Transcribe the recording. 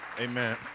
Amen